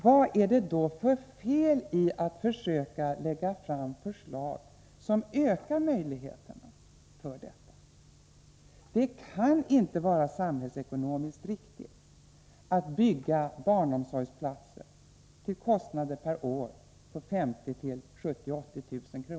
Vad är det då för fel i att försöka lägga fram förslag som ökar möjligheterna för dessa föräldrar. Det kan inte vara samhällsekonomiskt riktigt att bygga barnomsorgsplatser till en kostnad av 50 000, 70 000 eller 80 000 kr.